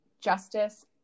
justice